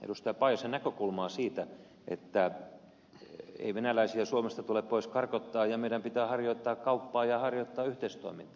paajasen näkökulmaa siitä että ei venäläisiä suomesta tule pois karkottaa ja meidän pitää harjoittaa kauppaa ja harjoittaa yhteistoimintaa